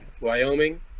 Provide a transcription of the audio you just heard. Wyoming